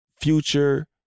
Future